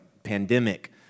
pandemic